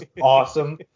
awesome